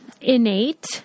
innate